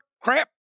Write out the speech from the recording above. crap